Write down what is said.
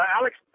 Alex